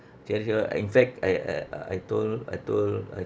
treasure in fact I I uh I told I told I